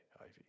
Ivy